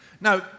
Now